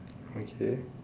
okay